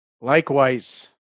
Likewise